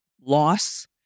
loss